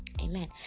Amen